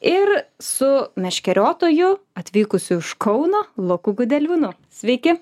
ir su meškeriotoju atvykusiu iš kauno loku gudelvinu sveiki